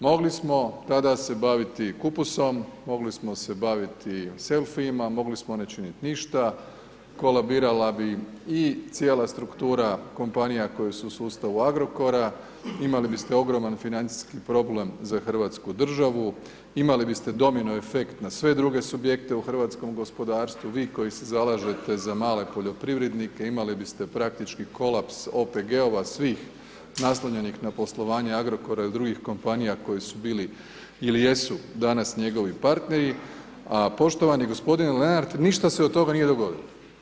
Mogli smo tada se baviti kupusom, mogli smo se baviti selfiima, mogli smo ne činiti ništa, kolabirala bi i cijela struktura kompanija koje su u sustavu Agrokora, imali biste ogromni financijski problem za Hrvatsku državu, imali biste domino efekt na sve druge subjekte u hrvatskom gospodarstvu, vi koji se zalažete za male poljoprivrednike imali biste praktički kolaps OPG-ova svih naslonjenih na poslovanje Agrokora i drugih kompanija koji su bili ili jesu danas njegovi partneri, a poštovani gospodin Lenardt ništa se od toga nije dogodilo.